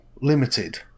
limited